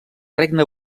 regne